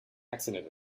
accident